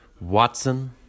Watson